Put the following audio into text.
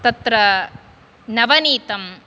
तत्र नवनीतम्